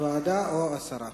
ועדה או הסרה.